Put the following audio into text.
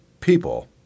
people